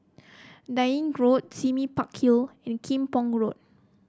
Dalkeith Road Sime Park Hill and Kim Pong Road